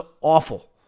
awful